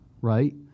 Right